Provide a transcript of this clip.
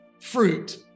fruit